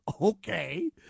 Okay